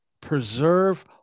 preserve